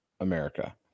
America